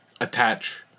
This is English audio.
attach